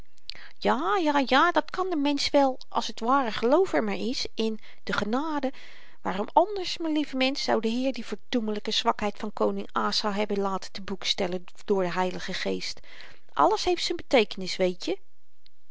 ja ja ja dat kan de mensch wel als t ware geloof er maar is en de genade waarom anders m'n lieve mensch zou de heer die verdoemelyke zwakheid van koning asa hebben laten te boek stellen door den h geest alles heeft z'n beteekenis weetje